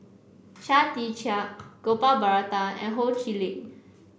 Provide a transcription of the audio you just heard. Chia Tee Chiak Gopal Baratham and Ho Chee Lick